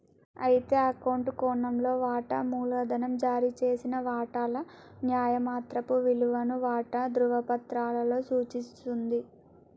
అయితే అకౌంట్ కోణంలో వాటా మూలధనం జారీ చేసిన వాటాల న్యాయమాత్రపు విలువను వాటా ధ్రువపత్రాలలో సూచిస్తుంది